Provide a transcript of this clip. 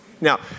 Now